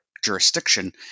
Jurisdiction